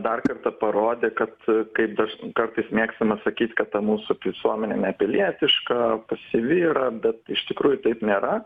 dar kartą parodė kad kaip daž kartais mėgstame sakyt kad ta mūsų visuomenė nepilietiška pasyvi yra bet iš tikrųjų taip nėra